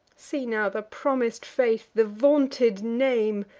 see now the promis'd faith, the vaunted name,